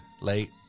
Late